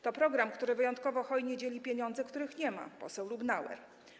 To program, który wyjątkowo hojnie dzieli pieniądze, których nie ma - to poseł Lubnauer.